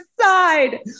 side